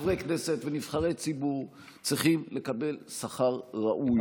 שחברי כנסת ונבחרי ציבור צריכים לקבל שכר ראוי.